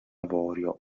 avorio